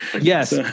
Yes